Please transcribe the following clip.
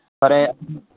ꯐꯔꯦ